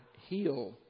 heal